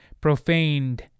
profaned